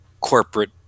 corporate